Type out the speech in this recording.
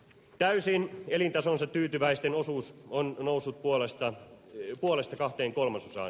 täysin elintasoonsa tyytyväisten osuus on noussut puolesta kahteen kolmasosaan suomalaisista